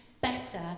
better